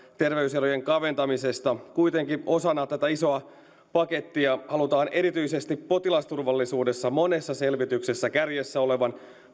terveyserojen kaventamisesta kuitenkin osana tätä isoa pakettia halutaan erityisesti potilasturvallisuudessa monessa selvityksessä kärjessä olevaa